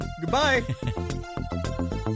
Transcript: Goodbye